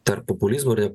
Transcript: tarp populizmo ir